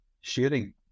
sharing